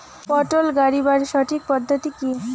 পটল গারিবার সঠিক পদ্ধতি কি?